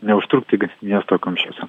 neužtrukti miesto kamščiuose